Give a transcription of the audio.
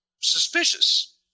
suspicious